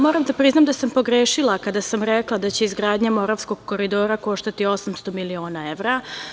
Moram da priznam da sam pogrešila kada sam rekla da će izgradnja Moravskog koridora koštati 800 miliona evra.